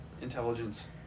intelligence